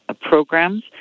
programs